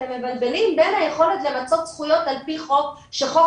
אתם מבלבלים בין היכולת למצות זכויות על פי חוק שחוק